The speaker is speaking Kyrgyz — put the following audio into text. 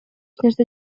нерсе